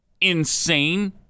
insane